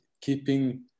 keeping